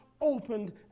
opened